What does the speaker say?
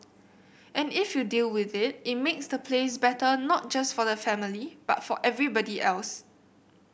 and if you deal with it it makes the place better not just for the family but for everybody else